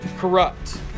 Corrupt